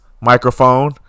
microphone